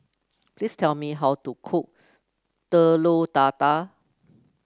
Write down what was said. please tell me how to cook Telur Dadah